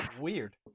weird